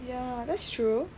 ya that's true